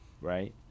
right